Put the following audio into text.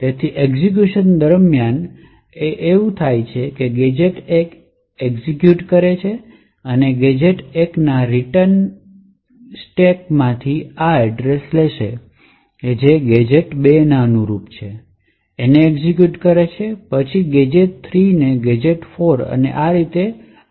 તેથી એક્ઝેક્યુશન દરમ્યાન જે થાય છે તે પ્રથમ છે ગેજેટ 1 એક્ઝેક્યુટ કરે છે અને ગેજેટ 1 માં રિટર્ન સ્ટેક માંથી આ એડ્રેશ લેશે જે ગેજેટ 2 ને અનુલક્ષે છે અને એક્ઝેક્યુટ કરે છે પછી ગેજેટ 3 ગેજેટ 4 અને આ રીતે એક્ઝેક્યુટ પર